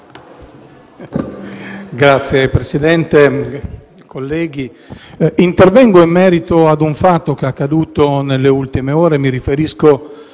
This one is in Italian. Signor Presidente, colleghi, intervengo in merito a un fatto accaduto nelle ultime ore.